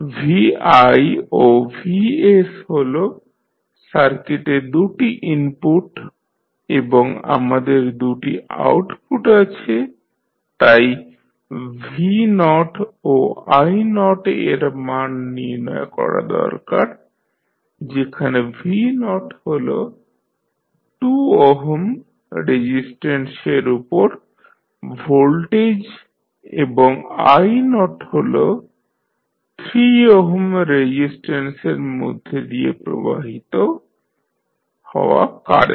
vi ও vs হল সার্কিটে দু'টি ইনপুট এবং আমাদের দু'টি আউটপুট আছে তাই v0 ও i0 এর মান নির্ণয় করা দরকার যেখানে v0 হল 2 ওহম রেজিস্ট্যান্সের উপরে ভোল্টেজ এবং i0 হল 3 ওহম রেজিস্ট্যান্সের মধ্যে দিয়ে প্রবাহিত হওয়া কারেন্ট